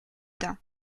dain